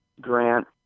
Grant